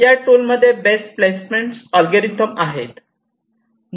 या टूलमध्ये best placement algorithm आहेत